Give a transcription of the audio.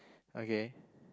okay